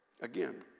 Again